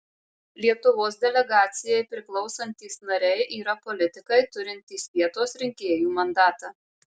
lietuvos delegacijai priklausantys nariai yra politikai turintys vietos rinkėjų mandatą